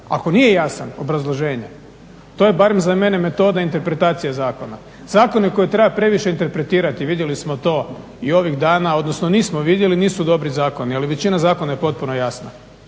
Ako nije jasan, obrazloženje. To je barem za mene metoda interpretacije zakona. Zakone koje treba previše interpretirati vidjeli smo to i ovih dana, odnosno nismo vidjeli, nisu dobri zakoni ali većina zakona je potpuno jasna